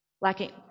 lacking